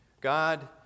God